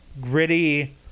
Gritty